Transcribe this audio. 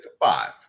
five